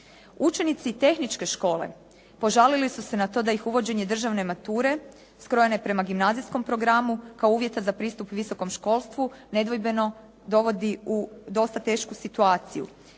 Učenici tehničke škole požalili su se na to da ih uvođenje državne mature skrojene prema gimnazijskom programu kao uvjeta za pristup visokom školstvu nedvojbeno dovodi u dosta tešku situaciju.